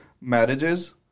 marriages